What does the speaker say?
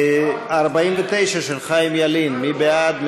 49, של חיים ילין, מי בעד?